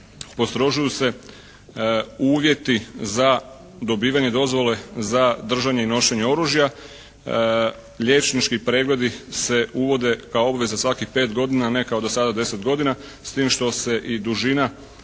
postrožuju se uvjeti za dobivanje dozvole za držanje i nošenje oružja, liječnički pregledi se uvode kao obveza svakih pet godina, a ne kao do sada 10 godina s tim što se i dužina trajanja